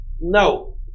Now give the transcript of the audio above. No